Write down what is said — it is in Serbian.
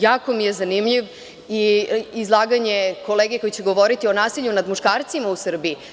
Jako mi je zanimljivo i izlaganje kolege koji će govoriti o nasilju nad muškarcima u Srbiji.